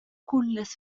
cullas